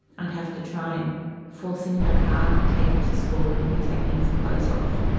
i'd have to try and force him in the car and take him to school and he'd be taking his clothes off